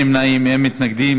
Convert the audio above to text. ואין מתנגדים.